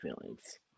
feelings